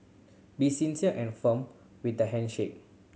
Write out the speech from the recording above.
be sincere and firm with the handshake